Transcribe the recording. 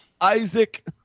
Isaac